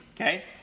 okay